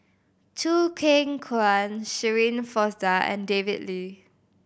Choo Keng Kwang Shirin Fozdar and David Lee